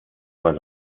while